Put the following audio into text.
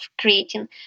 creating